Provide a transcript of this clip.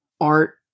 art